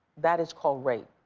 that is called rape.